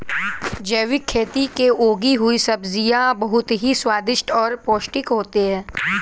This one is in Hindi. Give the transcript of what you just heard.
जैविक खेती से उगी हुई सब्जियां बहुत ही स्वादिष्ट और पौष्टिक होते हैं